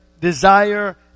desire